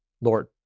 Lord